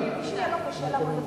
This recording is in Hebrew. מי שיהיה לו קשה לעמוד בתשלומים,